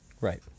Right